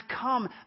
come